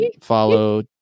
follow